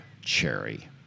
Cherry